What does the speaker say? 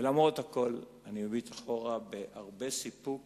ולמרות הכול אני מביט אחורה בהרבה סיפוק